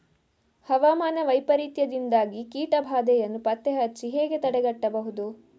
ಹವಾಮಾನ ವೈಪರೀತ್ಯದಿಂದಾಗಿ ಕೀಟ ಬಾಧೆಯನ್ನು ಪತ್ತೆ ಹಚ್ಚಿ ಹೇಗೆ ತಡೆಗಟ್ಟಬಹುದು?